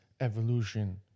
evolution